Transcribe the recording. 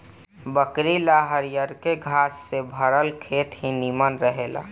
बकरी ला हरियरके घास से भरल खेत ही निमन रहेला